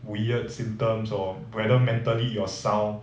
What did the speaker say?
weird symptoms or whether mentally you are sound